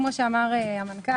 כפי שאמר המנכ"ל,